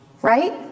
Right